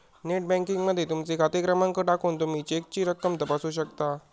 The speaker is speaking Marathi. नेट बँकिंग मध्ये तुमचो खाते क्रमांक टाकून तुमी चेकची रक्कम तपासू शकता